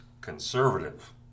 conservative